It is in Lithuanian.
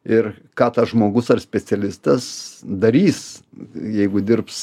ir ką tas žmogus ar specialistas darys jeigu dirbs